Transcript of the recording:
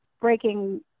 breaking